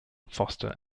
foster